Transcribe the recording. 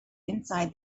inside